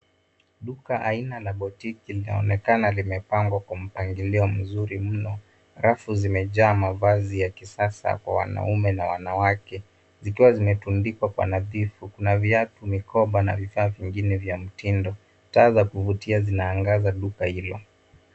Duka aina la botiki linaonekana limepangwa kwa mpangilio mzuri mno. Rafu zimejaa mavazi ya kisasa kwa wanaume na wanawake zikiwa zimetundikwa kwa nadhifu, kuna viatu, mikoba na vitu vingine vya mtindo. Taa za kuvutia zinaangaza duka hilo.